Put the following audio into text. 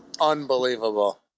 Unbelievable